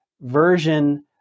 version